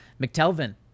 McTelvin